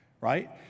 Right